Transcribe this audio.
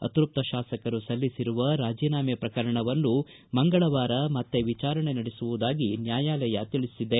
ಅತೃಪ್ತ ಶಾಸಕರು ಸಲ್ಲಿಸಿರುವ ರಾಜೀನಾಮೆ ಪ್ರಕರಣವನ್ನು ಮಂಗಳವಾರ ಮತ್ತೆ ವಿಚಾರಣೆ ನಡೆಸುವುದಾಗಿ ನ್ಯಾಯಾಲಯ ತಿಳಿಸಿದೆ